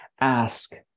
ask